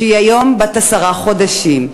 שהיא היום בת עשרה חודשים.